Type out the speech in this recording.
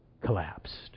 collapsed